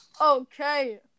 Okay